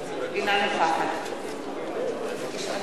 אינה נוכחת תודה.